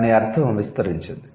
దాని అర్ధo విస్తరించింది